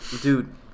Dude